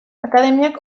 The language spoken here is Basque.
akademiak